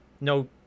No